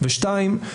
ודבר שני,